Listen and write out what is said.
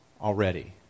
already